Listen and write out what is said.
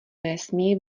nesmí